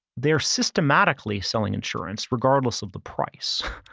they're systematically selling insurance regardless of the price.